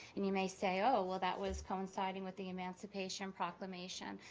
and you may say, oh, well, that was coinciding with the emancipation proclamation.